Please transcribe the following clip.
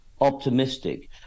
optimistic